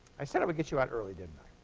i said i would get you out early, didn't